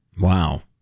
Wow